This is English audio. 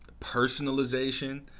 personalization